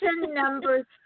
number